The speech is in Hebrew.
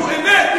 זו אמת.